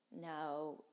now